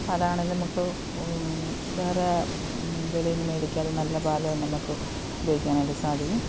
പാൽ ആണെങ്കിലും നമുക്ക് വേറെ വെളിയിൽ നിന്ന് മേടിക്കാതെ നല്ല പാൽ തന്നെ നമുക്ക് ഉപയോഗിക്കാനായിട്ട് സാധിക്കും